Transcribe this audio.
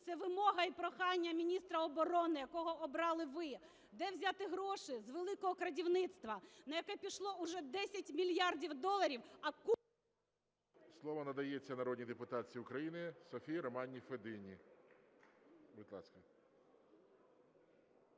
це вимога і прохання міністра оборони, якого обрали ви. Де взяти гроші? З "великого крадівництва", на яке вже пішло 10 мільярдів доларів, а… ГОЛОВУЮЧИЙ. Слово надається народній депутатці України Софії Романівні Федині.